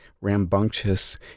rambunctious